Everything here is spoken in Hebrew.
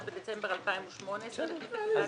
טבת התשע"ט (31 בדצמבר 2018) לפי תקנת